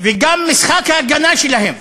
וגם משחק ההגנה שלהם